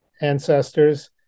ancestors